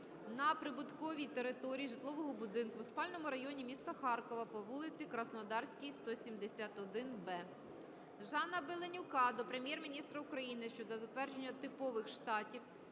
на прибудинковій території житлового будинку в спальному районі міста Харкова по вулиці Краснодарській, 171-б. Жана Беленюка до Прем'єр-міністра України щодо затвердження типових штатів